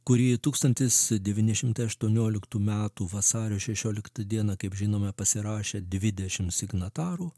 kurį tūkstantis devyni šimtai aštuonioliktų metų vasario šešioliktą dieną kaip žinome pasirašė dvidešimt signatarų